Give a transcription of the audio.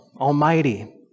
almighty